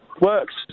works